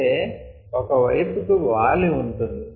అంటే ఒక వైపుకి వాలి ఉంటుంది